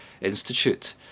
Institute